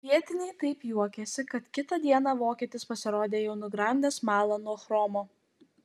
vietiniai taip juokėsi kad kitą dieną vokietis pasirodė jau nugramdęs smalą nuo chromo